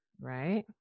Right